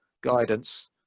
guidance